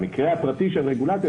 המקרה הפרטי של רגולציה,